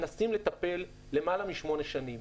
מנסים לטפל למעלה משמונה שנים.